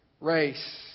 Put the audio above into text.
race